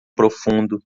profundo